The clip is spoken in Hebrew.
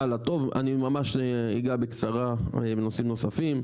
טוב, אני ממש אגע בקצרה בנושאים נוספים.